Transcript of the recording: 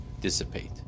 dissipate